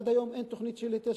עד היום אין תוכנית של התיישבות.